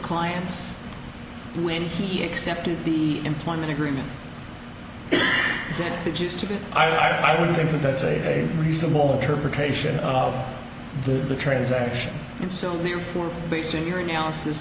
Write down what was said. clients when he accepted the employment agreement which is today i don't think that's a reasonable interpretation of the transaction and so therefore based on your analysis